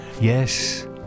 Yes